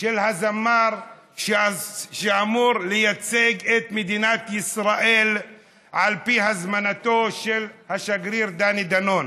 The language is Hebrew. של הזמן שאמור לייצג את מדינת ישראל על פי הזמנתו של השגריר דני דנון,